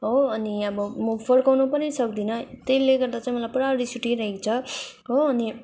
हो अनि अब म फर्काउनु पनि सक्दिनँ त्यसले गर्दा चाहिँ मलाई पुरा रिस उठिरहेको छ हो अनि